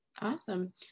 Awesome